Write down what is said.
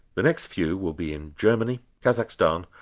the next few will be in germany, kazakhstan,